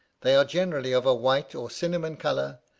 they are generally of a white or cinnamon colour,